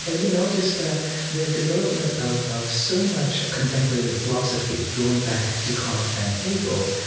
ah you know, just ah the development of of so much contemporary philosophy, going back to kant and hegel,